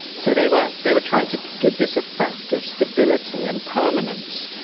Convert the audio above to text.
so they were they were trying to give this effect of stability and permanence.